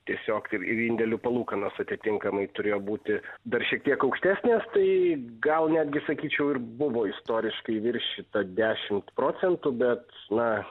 tiesiog ir ir indėlių palūkanos atitinkamai turėjo būti dar šiek tiek aukštesnės tai gal netgi sakyčiau ir buvo istoriškai viršyta dešimt procentų bet na